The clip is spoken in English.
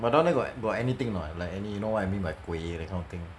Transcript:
but down there got got anything or not like any you know what I mean by 鬼 that kind of thing